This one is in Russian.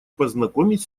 познакомить